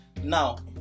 Now